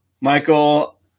Michael